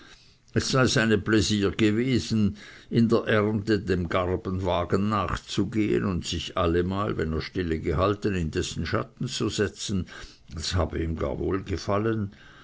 es sei sein pläsier gewesen in der ernte dem garbenwagen nachzugehen und sich allemal wenn er stille gehalten in dessen schatten zu setzen das habe ihm gar wohl gefallen